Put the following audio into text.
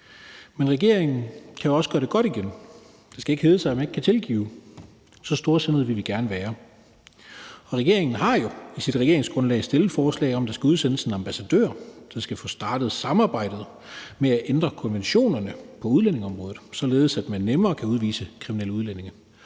Men regeringen kan også gøre det godt igen. Det skal ikke hedde sig, at man ikke kan tilgive – så storsindede vil vi gerne være. Regeringen har jo i sit regeringsgrundlag stillet forslag om, at der skal udsendes en ambassadør, der skal få startet samarbejdet om at ændre konventionerne på udlændingeområdet, således at man nemmere kan udvise kriminelle udlændinge,